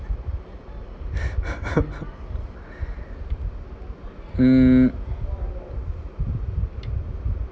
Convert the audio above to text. mm